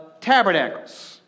Tabernacles